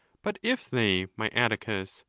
but if they, my atticus,